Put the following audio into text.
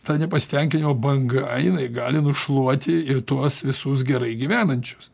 tą nepasitenkinimo banga jinai gali nušluoti ir tuos visus gerai gyvenančius